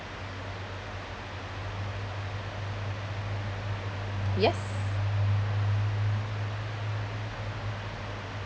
yes